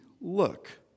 look